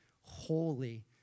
holy